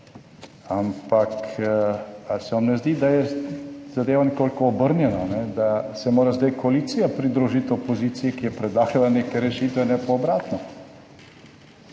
ampak ali se vam ne zdi, da je zadeva nekoliko obrnjena? Da se mora zdaj koalicija pridružiti opoziciji, ki je predlagala neke rešitve, ne pa obratno.